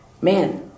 man—